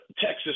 Texas